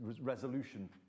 resolution